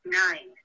nine